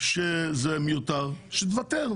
שזה מיותר, שתוותר.